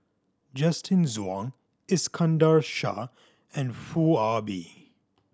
Justin Zhuang Iskandar Shah and Foo Ah Bee